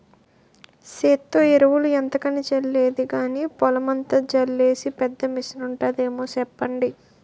సేత్తో ఎరువులు ఎంతకని జల్లేది గానీ, పొలమంతా జల్లీసే పెద్ద మిసనుంటాదేమో సెప్పండి?